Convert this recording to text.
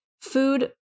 food